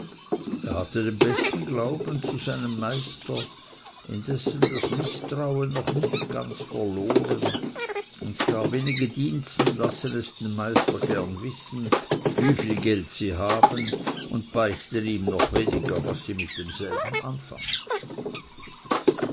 er hatte den besten glauben zu seinem meister indessen das mißtrauen noch nicht ganz verloren und gar wenige diensten lassen es gerne den meister wissen wieviel geld sie haben und beichten ihm noch weniger was sie mit demselben anfangen